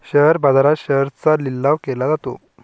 share बाजारात शेअर्सचा लिलाव केला जातो